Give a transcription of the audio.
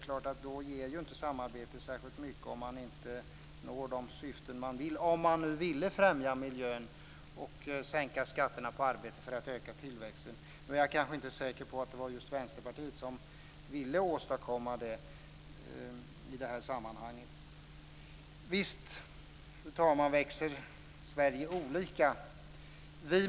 Samarbetet ger ju inte särskilt mycket om man inte når de syften man vill nå, dvs. om man nu ville främja miljön och sänka skatterna på arbete för att öka tillväxten. Jag är kanske inte så säker på att det var just Vänsterpartiet som ville åstadkomma det. Fru talman! Visst växer Sverige olika.